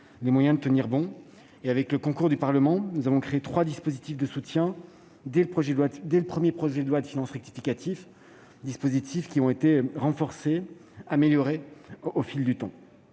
les moyens de tenir bon. Avec le concours du Parlement, nous avons créé trois dispositifs de soutien dès le premier projet de loi de finances rectificative, renforcés et améliorés au fil du temps.